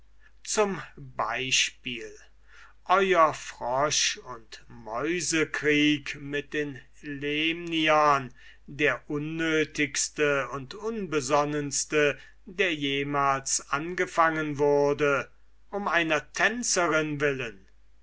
zum exempel euer frosch und mäusekrieg mit den lemniern der unnötigste und unbesonnenste der jemals angefangen wurde um der albernsten ursache von der welt um einer tänzerin willen